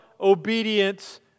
obedience